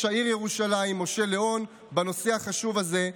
העיר ירושלים משה ליאון בנושא החשוב הזה,